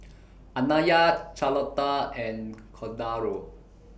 Anaya Charlotta and Cordaro